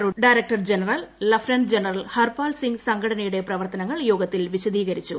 O director general lieutenant general Harpal Singh സംഘടനയുടെ പ്രവർത്തനങ്ങൾ യോഗത്തിൽ വിശദീകരിച്ചു